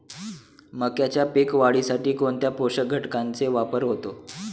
मक्याच्या पीक वाढीसाठी कोणत्या पोषक घटकांचे वापर होतो?